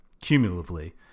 cumulatively